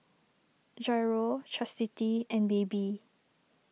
Jairo Chastity and Baby